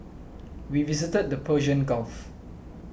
we visited the Persian Gulf